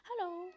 hello